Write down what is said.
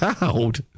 out